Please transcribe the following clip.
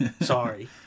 Sorry